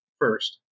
first